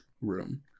room